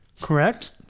Correct